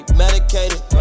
medicated